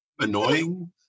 annoying